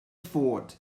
fort